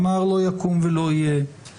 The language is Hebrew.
אמר: לא יקום ולא יהיה,